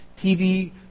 TV